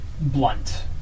blunt